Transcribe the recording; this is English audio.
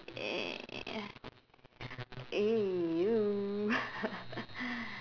ya !eww!